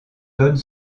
donne